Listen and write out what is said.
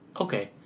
Okay